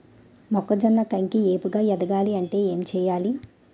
మొక్కజొన్న కంకి ఏపుగ ఎదగాలి అంటే ఏంటి చేయాలి?